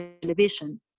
television